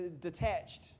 detached